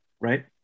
right